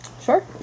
Sure